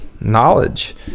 knowledge